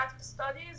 Studies